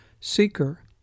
Seeker